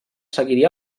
seguiria